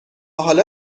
حالا